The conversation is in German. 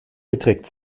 beträgt